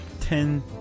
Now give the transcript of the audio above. ten